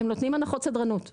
הנחות סדרנות בסדר,